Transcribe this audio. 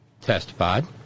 testified